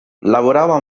lavorava